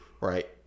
right